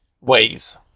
ways